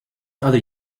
other